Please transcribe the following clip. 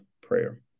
prayer